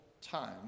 time